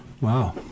Wow